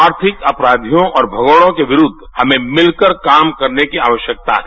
आर्थिक अपराधियों और भगौड़ों के विरुद्ध हमें भिलकर काम करने की आवश्यकता है